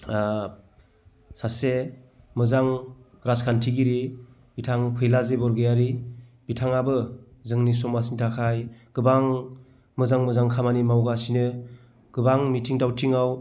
सासे मोजां राजखान्थिगिरि बिथां फैला जे बरगयारी बिथाङाबो जोंनि समाजनि थाखाय गोबां मोजां मोजां खामानि मावगासिनो गोबां मिथिं दावथिंआव